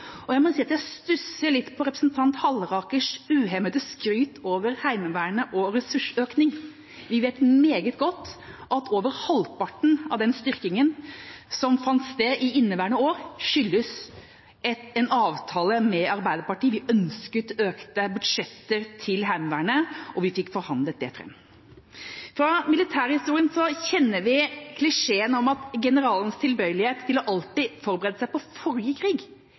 Jeg må si at jeg stusser litt over representanten Hallerakers uhemmede skryt når det gjelder Heimevernet og ressursøkning. Vi vet meget godt at over halvparten av den styrkingen som fant sted i inneværende år, skyldes en avtale med Arbeiderpartiet. Vi ønsket økte budsjetter til Heimevernet, og vi fikk forhandlet det fram. Fra militærhistorien kjenner vi klisjeen om generalens tilbøyelighet til alltid å forberede seg på forrige krig,